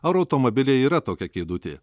ar automobilyje yra tokia kėdutė